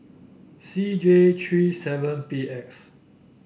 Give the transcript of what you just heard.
C J three seven P X